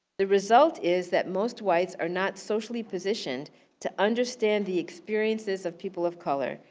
the result is, that most whites are not socially positioned to understand the experiences of people of color,